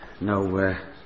no